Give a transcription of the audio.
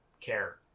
care